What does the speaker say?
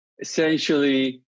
essentially